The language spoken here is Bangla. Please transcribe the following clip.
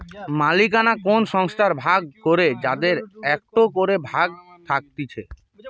মালিকানা কোন সংস্থার ভাগ করে যাদের একটো করে ভাগ থাকতিছে